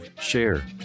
Share